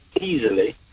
easily